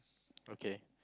okay